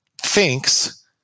thinks